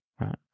right